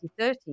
2030